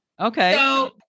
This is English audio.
Okay